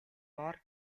бор